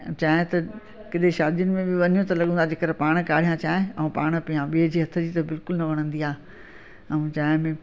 चांहि त किथे शादियुनि में बि वञ त लॻंदो आहे जेकरि पाण काढ़िया चांहि ऐं पाण पिया ॿिए जे हथ जी त बिल्कुलु न वणंदी आहे ऐं चांहि में